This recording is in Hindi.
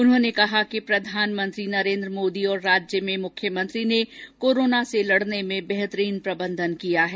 उन्होंने कहा कि प्रधानमंत्री नरेन्द्र मोदी और राज्य में मुख्यमंत्री ने कोरोना से लड़ने में बेहतरीन प्रबंधन किया है